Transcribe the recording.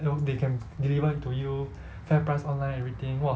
now they can deliver to you fairPrice online everything !wah!